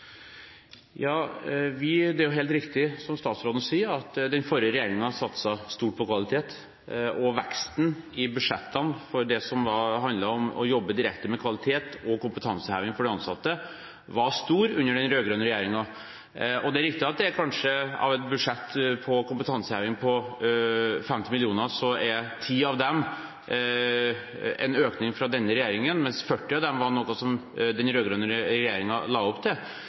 Det er helt riktig som statsråden sier at den forrige regjeringen satset stort på kvalitet. Veksten i budsjettene for det som handlet om å jobbe direkte med kvalitet og kompetanseheving for de ansatte, var stor under den rød-grønne regjeringen. Det er riktig at av et budsjett til kompetanseheving på 50 mill. kr er 10 mill. kr av dem en økning fra denne regjeringen, mens 40 mill. kr av dem var det den rød-grønne regjeringen som la opp til.